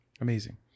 Amazing